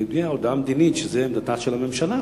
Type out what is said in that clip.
יודיע הודעה מדינית שזו עמדת הממשלה.